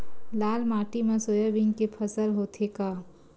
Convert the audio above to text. लाल माटी मा सोयाबीन के फसल होथे का?